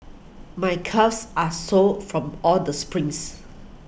my calves are sore from all the sprints